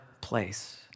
place